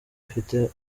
afite